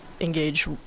engage